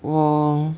我